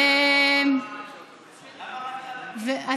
למה רק חלקים?